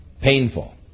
Painful